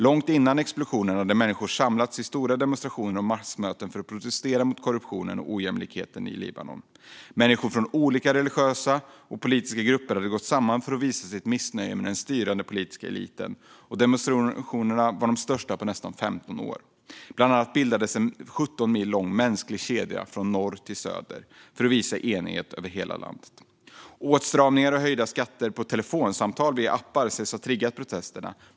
Långt innan explosionen hade människor samlats i stora demonstrationer och massmöten för att protestera mot korruptionen och ojämlikheten i Libanon. Människor från olika religiösa och politiska grupper hade gått samman för att visa sitt missnöje med den styrande politiska eliten, och demonstrationerna var de största på nästan 15 år. Bland annat bildades en 17 mil lång mänsklig kedja från norr till söder för att visa enighet över hela landet. Åtstramningar och höjda skatter på telefonsamtal via appar sägs ha triggat protesterna.